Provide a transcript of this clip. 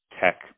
tech